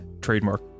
Trademark